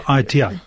idea